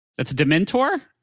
that's a dementor?